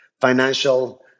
financial